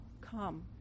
come